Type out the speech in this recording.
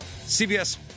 CBS